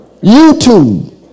YouTube